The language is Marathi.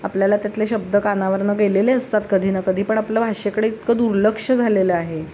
आपल्याला त्यातले शब्द कानावरून केलेले असतात कधी ना कधी पण आपलं भाषेकडे इतकं दुर्लक्ष झालेलं आहे